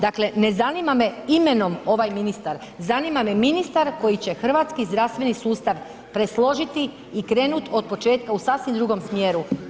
Dakle ne zanima me imenom ovaj ministar, zanima me ministar koji će hrvatski zdravstveni sustav presložiti i krenuti od početka u sasvim drugom smjeru.